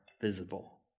visible